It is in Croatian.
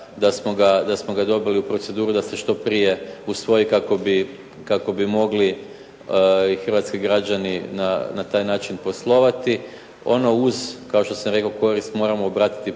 da smo ga dobili u proceduru da se što prije usvoji kako bi mogli i hrvatski građani na taj način poslovati. Ono uz, kao što sam rekao